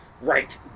right